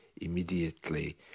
immediately